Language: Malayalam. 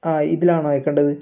ആ ഇതിലാണോ അയക്കേണ്ടത്